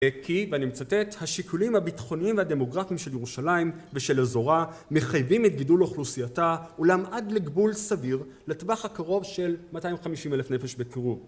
כי, ואני מצטט, השיקולים הביטחוניים והדמוגרפיים של ירושלים ושל אזורה מחייבים את גידול אוכלוסייתה, אולם עד לגבול סביר, לטווח הקרוב של 250,000 נפש בקירוב.